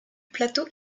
plateau